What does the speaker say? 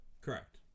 Correct